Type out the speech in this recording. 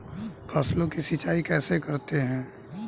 फसलों की सिंचाई कैसे करते हैं?